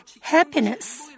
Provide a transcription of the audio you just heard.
happiness